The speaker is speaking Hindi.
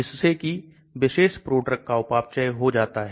अब उन्होंने यहां और यहां ऑक्सीजन जोड़ दिए हैं घुलनशीलता 169 हो जाती है